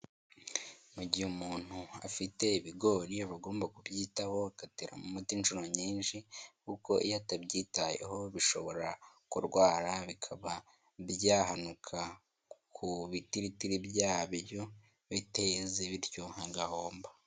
Mu gihe umuntu afite ibigori aba agomba kubyitaho agateramo umuti inshuro nyinshi kuko iyo atabyitaye bishobora kurwara, bikaba byahanuka ku bitiritiri byabyo biteze bityo agahomba.